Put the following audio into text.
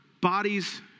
bodies